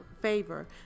favor